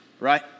right